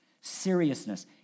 seriousness